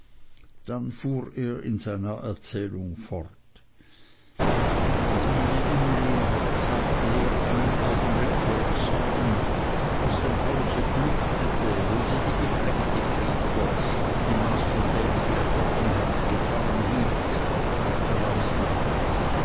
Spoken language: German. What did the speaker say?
dann fuhr er in seiner erzählung fort als meine emly sagte er einen augenblick voll zorn aus dem hause flüchtete wo sie die gefleckte viper die masr davy gesprochen hat gefangen hielt da war es nacht